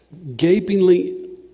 gapingly